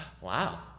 Wow